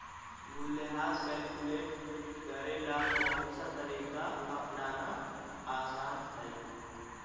मूल्यह्रास कैलकुलेट करे ला कौनसा तरीका अपनाना आसान हई